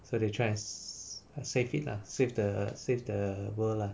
so they try and save it lah save the save the world lah